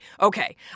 Okay